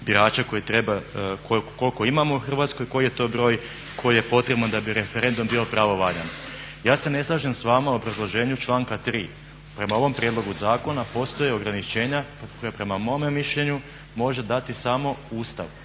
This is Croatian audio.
birača koliko imamo u Hrvatskoj, koji je to broj koji je potreban da bi referendum bio pravovaljan. Ja se ne slažem s vama u obrazloženju članka 3. "Prema ovom prijedlogu zakona postoje ograničenja", koja prema mome mišljenju može dati samo Ustav,